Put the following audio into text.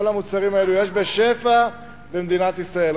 כל המוצרים האלו ישנם בשפע במדינת ישראל,